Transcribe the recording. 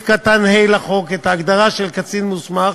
לחוק את ההגדרה של קצין מוסמך